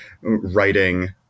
writing